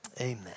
amen